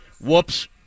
Whoops